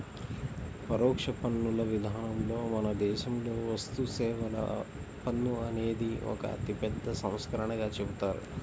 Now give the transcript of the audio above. పరోక్ష పన్నుల విధానంలో మన దేశంలో వస్తుసేవల పన్ను అనేది ఒక అతిపెద్ద సంస్కరణగా చెబుతారు